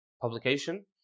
publication